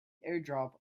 airdrop